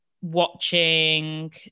watching